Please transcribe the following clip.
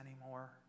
anymore